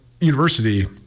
university